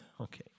Okay